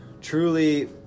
truly